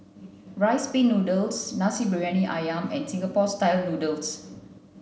rice pin noodles Nasi Briyani Ayam and Singapore style noodles